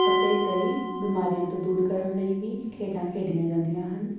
ਅਤੇ ਕਈ ਬਿਮਾਰੀਆਂ ਤੋਂ ਦੂਰ ਕਰਨ ਲਈ ਵੀ ਖੇਡਾਂ ਖੇਡੀਆਂ ਜਾਂਦੀਆਂ ਹਨ